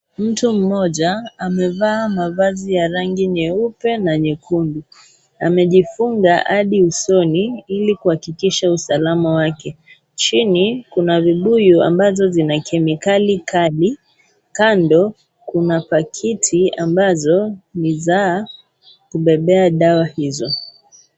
Mtu mmoja amevaa mavazi ya rangi nyeupe na nyekundu amejifunga hadi usoni ili kuhakikisha usalama wake. Chini kuna vibuyu ambazo zina kemikali kali. Kando kuna pakiti ambazo ni za kubebea dawa hizo.